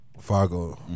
Fargo